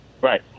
Right